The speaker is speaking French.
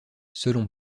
selon